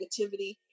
negativity